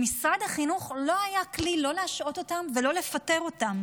למשרד החינוך לא היה כלי לא להשעות אותם ולא לפטר אותם.